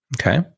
Okay